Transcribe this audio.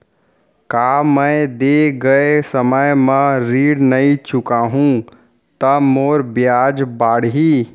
का मैं दे गए समय म ऋण नई चुकाहूँ त मोर ब्याज बाड़ही?